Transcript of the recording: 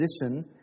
position